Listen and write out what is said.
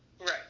Right